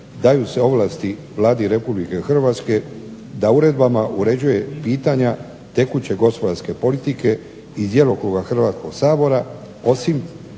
daju se ovlasti Vladi Republike Hrvatske da uredbama uređuje pitanja tekuće gospodarske politike iz djelokruga Hrvatskog sabora osim